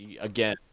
again